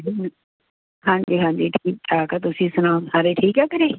ਹਾਂਜੀ ਹਾਂਜੀ ਠੀਕ ਠਾਕ ਤੁਸੀਂ ਸੁਣਾਓ ਸਾਰੇ ਠੀਕ ਆ ਘਰੇ